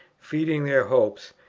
feeding their hopes,